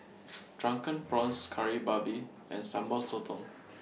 Drunken Prawns Kari Babi and Sambal Sotong